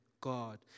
God